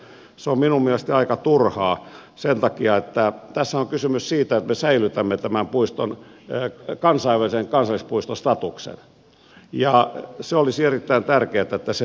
se on minun mielestäni aika turhaa sen takia että tässä on kysymys siitä että me säilytämme tämän puiston kansainvälisen kansallispuiston statuksen ja se olisi erittäin tärkeätä että se säilyy